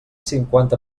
cinquanta